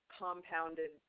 compounded